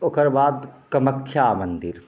ओकर बाद कमख्या मंदिर